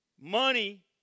Money